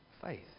Faith